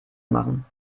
machen